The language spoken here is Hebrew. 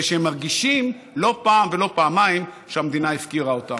ושהם מרגישים לא פעם ולא פעמיים שהמדינה הפקירה אותם.